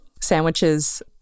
sandwiches